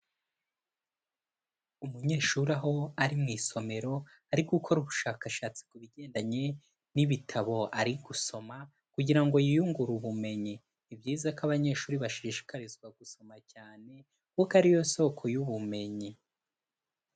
Umunyeshuri aho ari mu isomero, ari gukora ubushakashatsi ku bigendanye n'ibitabo ari gusoma kugira ngo yiyungure ubumenyi, ni byiza ko abanyeshuri bashishikarizwa gusoma cyane kuko ari yo soko y'ubumenyi.